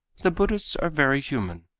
the buddhists are very human,